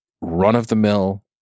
run-of-the-mill